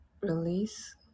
release